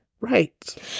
Right